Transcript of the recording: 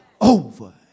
over